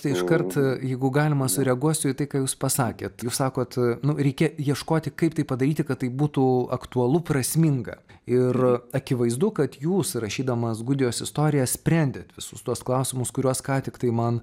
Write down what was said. tai iš kart jeigu galima sureaguosiu į tai ką jūs pasakėt jūs sakot nu reikia ieškoti kaip tai padaryti kad tai būtų aktualu prasminga ir akivaizdu kad jūs rašydamas gudijos istoriją sprendėt visus tuos klausimus kuriuos ką tik tai man